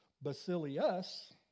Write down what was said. Basilius